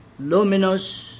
luminous